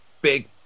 big